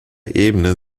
ebene